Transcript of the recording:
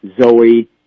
Zoe